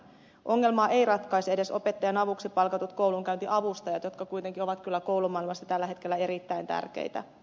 ongelmaa eivät ratkaise edes opettajan avuksi palkatut koulunkäyntiavustajat jotka kuitenkin ovat kyllä koulumaailmassa tällä hetkellä erittäin tärkeitä